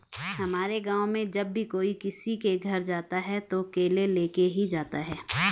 हमारे गाँव में जब भी कोई किसी के घर जाता है तो केले लेके ही जाता है